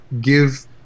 give